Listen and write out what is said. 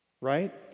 right